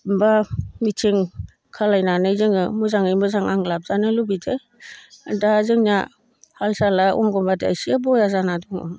बा मिथिं खालामनानै जोङो मोजाङै मोजां आं लाबोजानो लुगैदों दा जोंनिया हाल साला अंगनबादिया एसे बेया जाना दङ